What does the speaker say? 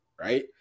right